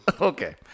Okay